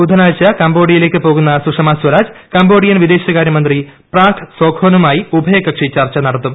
ബുധനാഴ്ച കംബോഡിയയിലേക്കു പോകുന്ന സുഷമ സ്വരാജ് കംബോഡിയൻ വിദേശകാര്യ മന്ത്രി പ്രാക് സോഖോന്നു മായി ഉഭയകക്ഷി ചർച്ച നടത്തും